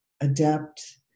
adept